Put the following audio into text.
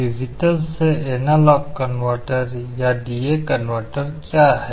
digital से analogue converter या D A converter क्या है